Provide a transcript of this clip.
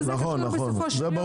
מה זה קשור בסופו של יום --- ברור,